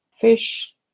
fish